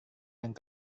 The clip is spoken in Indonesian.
yang